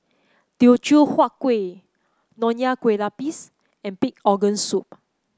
Teochew Huat Kueh Nonya Kueh Lapis and Pig Organ Soup